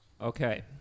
Okay